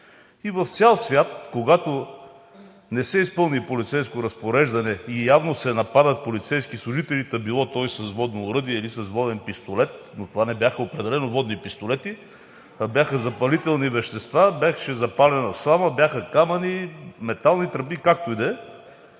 И в цял свят, когато не се изпълни полицейско разпореждане и явно се нападат полицейски служители, та било то и с водно оръдие или с воден пистолет, но това не бяха определено водни пистолети, а бяха запалителни вещества, беше запалена слама, бяха камъни, метални тръби, както и да